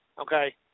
Okay